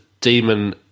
Demon